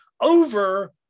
over